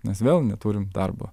nes vėl neturim darbo